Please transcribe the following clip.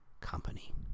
company